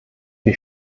wie